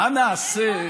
מה נעשה,